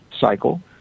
cycle